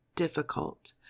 difficult